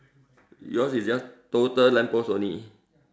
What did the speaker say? yours is yours total lamp post only